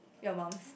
your mum's